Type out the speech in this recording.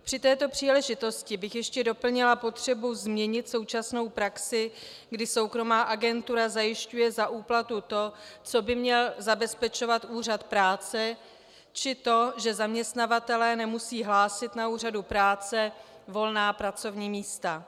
Při této příležitosti bych ještě doplnila potřebu změnit současnou praxi, kdy soukromá agentura zajišťuje za úplatu to, co by měl zabezpečovat úřad práce, či to, že zaměstnavatelé nemusí hlásit na úřad práce volná pracovní místa.